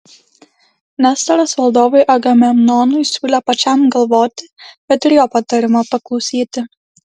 nestoras valdovui agamemnonui siūlė pačiam galvoti bet ir jo patarimo paklausyti